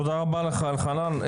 תודה רבה לך אלחנן.